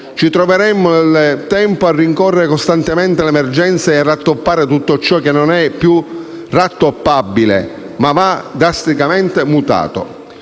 ritroveremo nel tempo a rincorrere costantemente le emergenze e a rattoppare ciò che non è più rattoppabile, ma che va drasticamente mutato.